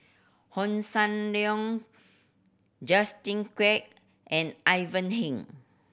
Hossan Leong Justin Quek and Ivan Heng